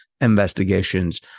investigations